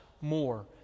more